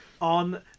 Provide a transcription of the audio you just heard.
on